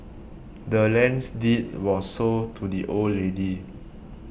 the land's deed was sold to the old lady